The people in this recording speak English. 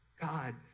God